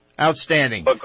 outstanding